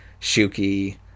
Shuki